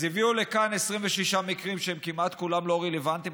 אז הביאו לכאן 26 מקרים שהם כמעט כולם לא רלוונטיים,